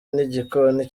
n’igikoni